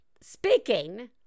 Speaking